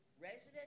Resident